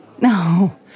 No